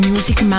Music